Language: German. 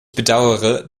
bedauere